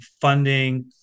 funding